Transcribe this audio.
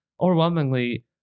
overwhelmingly